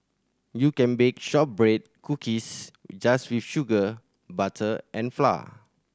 you can bake shortbread cookies just with sugar butter and flour